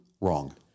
Wrong